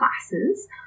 classes